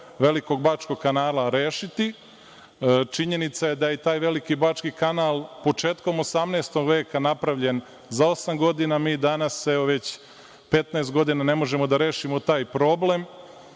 Velikog bačkog kanala rešiti? Činjenica je da je taj Veliki bački kanal početkom 18. veka napravljen za osam godina. Mi danas, evo već 15 godina, ne možemo da rešimo taj problem